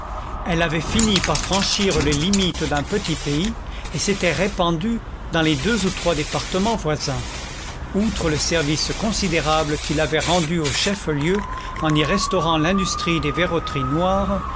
elle avait fini par franchir les limites d'un petit pays et s'était répandue dans les deux ou trois départements voisins outre le service considérable qu'il avait rendu au chef-lieu en y restaurant l'industrie des verroteries noires